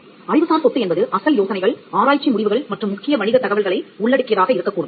அறிவுசார் சொத்து என்பது அசல் யோசனைகள் ஆராய்ச்சி முடிவுகள் மற்றும் முக்கிய வணிக தகவல்களை உள்ளடக்கியதாக இருக்கக்கூடும்